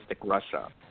Russia